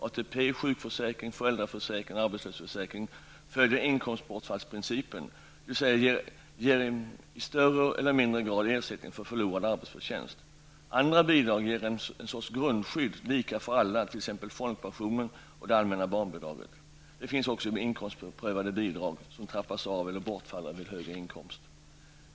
ATP, sjukförsäkring, föräldraförsäkring och arbetslöshetsförsäkring följer inkomstbortfallsprincipen, dvs. ger i större eller mindre grad ersättning för förlorad arbetsförtjänst. Andra bidrag ger en sorts grundskydd, lika för alla, t.ex. folkpensionen och det allmänna barnbidraget. Det finns också inkomstprövade bidrag som trappas av eller bortfaller vid högre inkomst.